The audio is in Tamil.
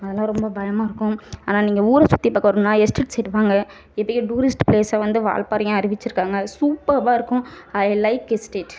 அதெலாம் ரொம்ப பயமாக இருக்கும் ஆனால் நீங்கள் ஊரை சுற்றி பார்க்க வரணும்னா எஸ்டேட் சைடு வாங்க இப்பயும் டூரிஸ்ட்டு பிளேசாக வந்து வால்பாறையும் அறிவிச்சிருக்காங்க சூப்பவாக இருக்கும் ஐ லைக் எஸ்டேட்